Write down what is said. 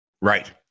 Right